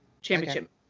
Championship